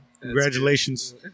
Congratulations